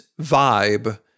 vibe